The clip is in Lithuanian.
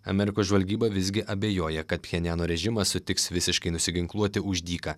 amerikos žvalgyba visgi abejoja kad pjenjano režimas sutiks visiškai nusiginkluoti už dyką